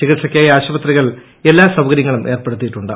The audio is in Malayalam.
ചികിൽസയ്ക്കായി ആശുപത്രികളിൽ എല്ലാ സൌകര്യങ്ങളും ഏർപ്പെടുത്തിയിട്ടുണ്ട്